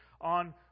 on